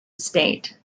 state